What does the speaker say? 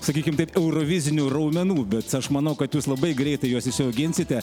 sakykime taip eurovizinių raumenų bet aš manau kad jūs labai greitai juos išsiauginsite